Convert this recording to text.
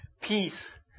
Peace